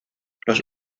los